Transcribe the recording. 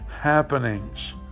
happenings